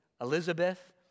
Elizabeth